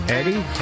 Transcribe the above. Eddie